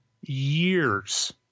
years